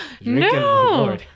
No